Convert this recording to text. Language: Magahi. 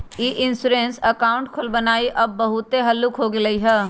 ई इंश्योरेंस अकाउंट खोलबनाइ अब बहुते हल्लुक हो गेलइ ह